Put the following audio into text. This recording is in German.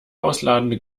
ausladende